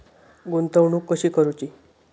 गुंतवणूक कशी करूची?